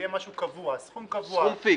סכום פיקס.